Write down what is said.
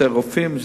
חסרים רופאים,